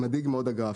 מדאיג מאוד הגרף.